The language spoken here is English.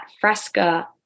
Fresca